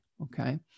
Okay